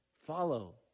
Follow